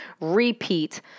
repeat